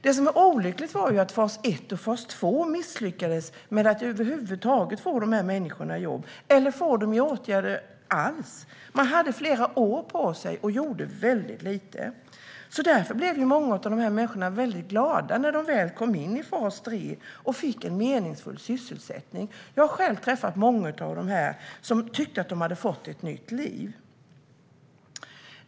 Det olyckliga är att fas 1 och fas 2 misslyckades med att över huvud taget få dessa människor i jobb eller åtgärder. Man hade flera år på sig men gjorde väldigt lite. Därför blev många av dem glada när de väl kom in i fas 3 och fick en meningsfull sysselsättning. Jag har själv träffat många som tyckte att de fick ett nytt liv.